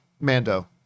Mando